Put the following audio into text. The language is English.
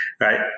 right